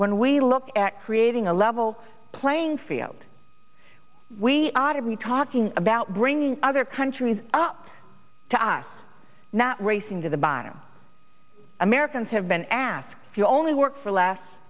when we look at creating a level playing field we are to be talking about bringing other countries up to us not racing to the bottom americans have been asked if you only work for less